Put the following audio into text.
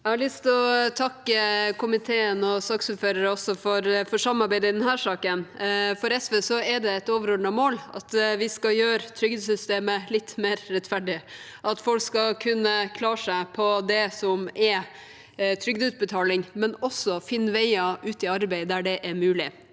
til å takke komiteen og saksordføreren for samarbeidet i denne saken. For SV er det et overordnet mål at vi skal gjøre trygdesystemet litt mer rettferdig, at folk skal kunne klare seg på det som er trygdeutbetalingen, men også finne veier ut i arbeid der det er mulig.